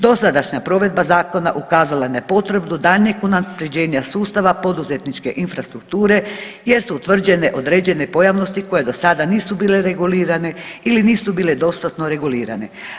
Dosadašnja provedba zakona ukazala je na potrebu daljnjeg unapređenja sustava poduzetničke infrastrukture jer su utvrđene određene pojavnosti koje do sada nisu bile regulirane ili nisu bile dostatno regulirane.